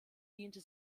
diente